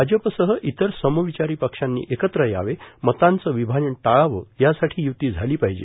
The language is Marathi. भाजपसह इतर समविचारी पक्षांनी एकत्र यावे मतांचं विभाजन टाळावे यासाठी य्ती झाली पाहिजे